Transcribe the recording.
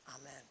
Amen